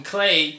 Clay